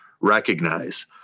recognize